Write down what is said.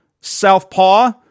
southpaw